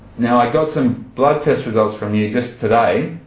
now, i got some blood test results from you just today,